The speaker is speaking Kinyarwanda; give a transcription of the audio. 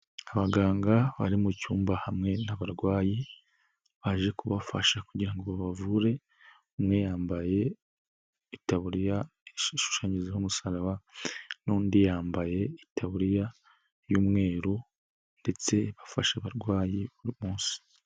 Abaganga bari mu cyumba hamwe n'abarwayi, baje kubafasha kugira ngo babavure, umwe yambaye itaburiya ishushanyijeho umusaraba n'undi yambaye itaburiya y'umweru ndetse bafasha abarwayi buri munsi.